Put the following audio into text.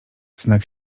znak